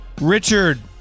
Richard